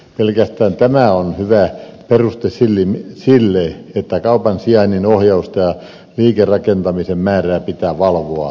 pelkästään tämä on hyvä peruste sille että kaupan sijainnin ohjausta ja liikerakentamisen määrää pitää valvoa